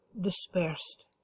dispersed